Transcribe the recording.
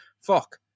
fuck